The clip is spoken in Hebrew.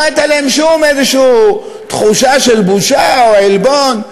לא הייתה להן שום תחושה של בושה או עלבון,